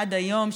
עד היום,